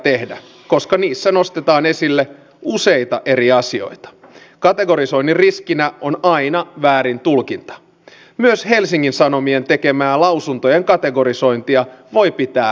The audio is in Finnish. meidän kaikkien pitää ymmärtää se että kun me puhumme sisäisestä turvallisuudesta on se poliisitoimea tai palo ja pelastustoimea kaikki toiminta lähtee siitä hätäkeskuksesta liikkeelle